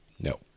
no